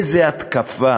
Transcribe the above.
איזה התקפה